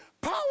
power